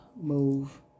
Move